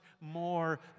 more